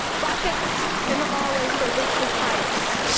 buckets in the hallways from leaking pipes.